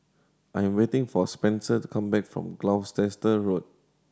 I am waiting for Spenser to come back from Gloucester Road